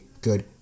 good